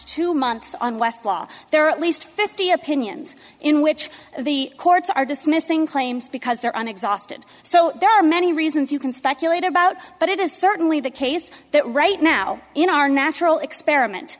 two months on westlaw there are at least fifty opinions in which the courts are dismissing claims because there are exhausted so there are many reasons you can speculate about but it is certainly the case that right now in our natural experiment